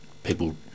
People